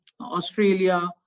Australia